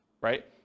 right